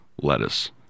Lettuce